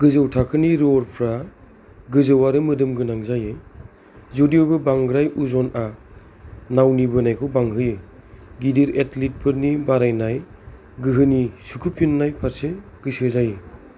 गोजौ थाखोनि रोवरफ्रा गोजौ आरो मोदोमगोनां जायो जदिउबो बांद्राय अजना नावनि बोनायखौ बांहोयो गिदिर एथलीटफोरनि बारायनाय गोहोनि सुखुफिननाय फारसे गोसो जायो